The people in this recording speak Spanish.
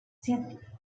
siete